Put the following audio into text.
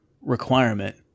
requirement